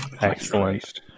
Excellent